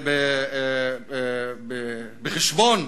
שמביאים בחשבון